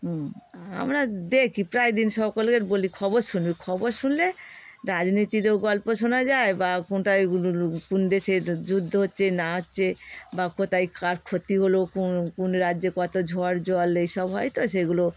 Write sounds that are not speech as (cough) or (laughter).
হুম আমরা দেখি প্রায় দিন সকলের বলি খবর শুনবি খবর শুনলে রাজনীতিরও গল্প শোনা যায় বা কোনটায় (unintelligible) কোন দেশে যুদ্ধ হচ্ছে না হচ্ছে বা কোথায় কার ক্ষতি হলো কোন কোন রাজ্যে কত ঝড় জল এসব হয়তো সেগুলো